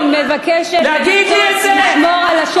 לא נותנים להן להגיע למליאה,